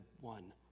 one